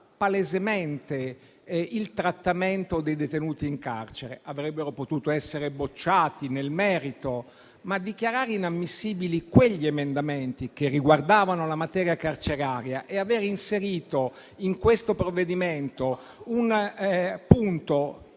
palesemente il trattamento dei detenuti in carcere; avrebbero potuto essere bocciati nel merito, ma dichiarare inammissibili quegli emendamenti, che riguardavano la materia carceraria, e aver inserito in questo provvedimento un punto